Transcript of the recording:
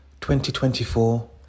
2024